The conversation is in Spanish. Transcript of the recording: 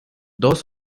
dos